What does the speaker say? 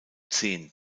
zehn